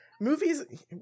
Movies